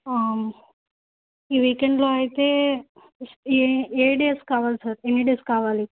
ఈ వీకెండ్లో అయితే ఏ ఏ డేస్ కావాలి సార్ ఎన్ని డేస్ కావాలి